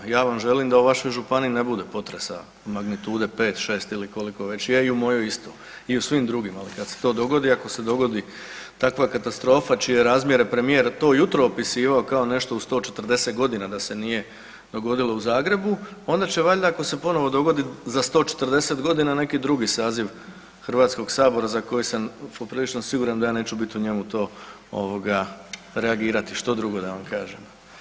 Ja vam želim da u vašoj županiji ne bude potresa magnitude 5, 6 ili koliko već jest i u mojoj isto i u svim drugima, ali kad se to dogodi, ako se dogodi takva katastrofa čije razmjere je premijer to jutro opisivao kao nešto u 140 godina da se nije dogodilo u Zagrebu, onda će valjda ako se ponovo dogodi za 140 godina neki drugi saziv Hrvatskog sabora za koji sam poprilično siguran da ja neću biti u njemu to ovoga reagirati, što drugo da vam kažem.